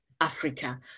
Africa